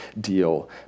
deal